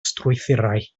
strwythurau